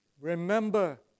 Remember